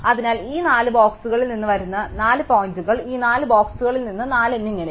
അതിനാൽ ഈ 4 ബോക്സുകളിൽ നിന്ന് വരുന്ന 4 പോയിന്റുകൾ ഈ 4 ബോക്സുകളിൽ നിന്ന് 4 എന്നിങ്ങനെ